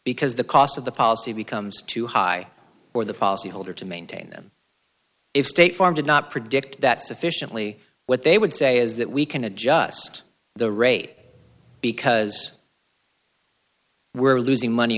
because the cost of the policy becomes too high or the policyholder to maintain them if state farm did not predict that sufficiently what they would say is that we can adjust the rate because we're losing money